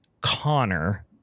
Connor